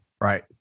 Right